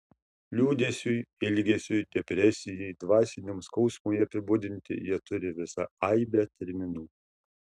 liūdesiui ilgesiui depresijai dvasiniam skausmui apibūdinti jie turi visą aibę terminų